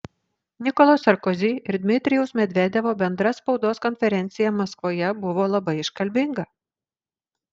nikolo sarkozy ir dmitrijaus medvedevo bendra spaudos konferencija maskvoje buvo labai iškalbinga